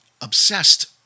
obsessed